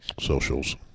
Socials